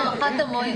להאריך.